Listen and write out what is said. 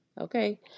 Okay